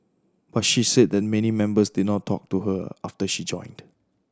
but she said that many members did not talk to her after she joined